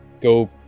go